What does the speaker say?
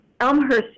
Elmhurst